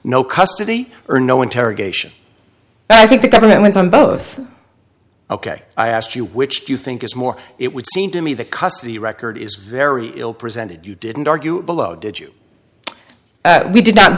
no custody or no interrogation i think the government went on both ok i asked you which do you think is more it would seem to me the custody record is very ill presented you didn't argue below did you we did not